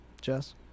Jess